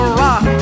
rock